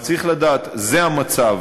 אבל צריך לדעת: זה המצב,